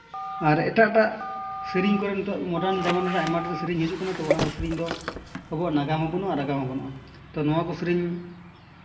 ᱟᱨ ᱮᱴᱟᱜ ᱮᱴᱟᱜ ᱥᱤᱨᱤᱧ ᱠᱚᱨᱮ ᱱᱤᱛᱳᱜ ᱢᱚᱰᱟᱨᱱ ᱡᱚᱢᱟᱱᱟ ᱟᱭᱢᱟ ᱰᱷᱮᱨ ᱥᱤᱨᱤᱧ ᱦᱤᱡᱩᱜ ᱠᱟᱱᱟ ᱛᱚ ᱚᱱᱟ ᱠᱚ ᱥᱤᱨᱤᱧ ᱫᱚ ᱟᱵᱚᱣᱟᱜ ᱱᱟᱜᱟᱢ ᱦᱚᱸ ᱵᱟᱹᱱᱩᱜᱼᱟ ᱟᱨ ᱟᱜᱟᱢ ᱦᱚᱸ ᱵᱟᱹᱱᱩᱜᱼᱟ ᱛᱚ ᱱᱚᱣᱟ ᱠᱚ ᱥᱤᱨᱤᱧ